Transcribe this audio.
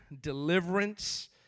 deliverance